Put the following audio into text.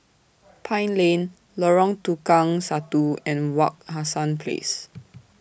Pine Lane Lorong Tukang Satu and Wak Hassan Place